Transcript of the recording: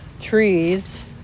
trees